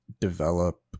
develop